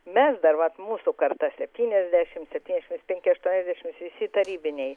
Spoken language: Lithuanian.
mes dar vat mūsų karta septyniasdešimt septyniasdešimt penki aštuoniasdešimt visi tarybiniai